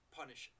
punish